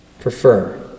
prefer